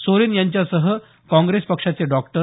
सोरेन यांच्यासह काँग्रेस पक्षाचे डॉक्टर